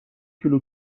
کیلو